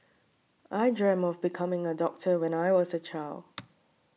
I dreamt of becoming a doctor when I was a child